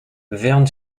vern